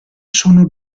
sono